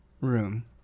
room